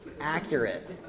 Accurate